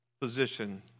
position